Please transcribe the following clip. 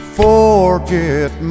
forget